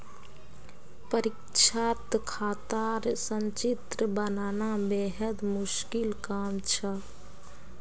परीक्षात खातार संचित्र बनाना बेहद मुश्किल काम छ